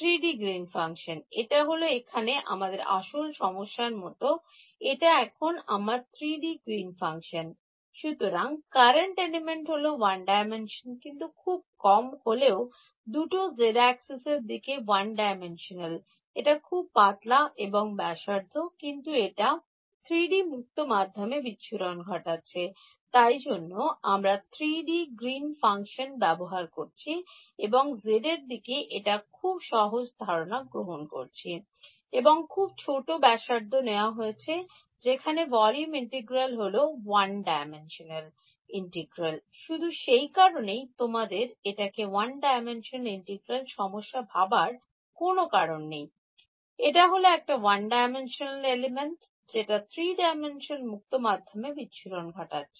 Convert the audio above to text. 3D green ফাংশনএটা হলো এখানে আমাদের আসল সমস্যার মত এটা এখন আমার 3D গ্রীন ফাংশন সুতরাং কারেন্ট এলিমেন্ট হল ওয়ান ডাইমেনশনালকিন্তু খুব কম করে হলেও দুটো z অ্যাক্সিস এর দিকে ওয়ান ডাইমেনশনাল এটা খুব পাতলা এবং ব্যাসার্ধ কিন্তু এটা 3D মুক্ত মাধ্যমে বিচ্ছুরণ ঘটাচ্ছে তাই জন্য আমরা 3D গ্রীন ফাংশন ব্যবহার করছি এবং z এর দিকে একটা খুব সহজ ধারণা গ্রহণ করেছি এবং খুব ছোট ব্যাসার্ধ নেওয়া হয়েছে যেখানে Volume integral হল ওয়ান ডাইমেনশনাল ইন্টিগ্রাল শুধু সেই কারণেই তোমাদের এটা কে ওয়ান ডাইমেনশনাল ইন্টিগ্রাল সমস্যা ভাবার কোন কারণ নেই এটা হল একটা ওয়ান ডাইমেনশনাল এলিমেন্ট যেটা Three ডাইমেনশনাল মুক্ত মাধ্যমে বিচ্ছুরন ঘটাচ্ছে